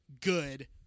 good